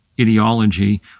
Ideology